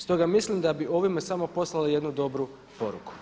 Stoga mislim da bi ovime samo poslali jednu dobru poruku.